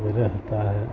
رہتا ہے